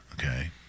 okay